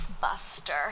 Buster